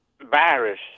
Virus